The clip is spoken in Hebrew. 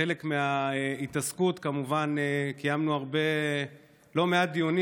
בחלק מההתעסקות כמובן קיימנו לא מעט דיונים.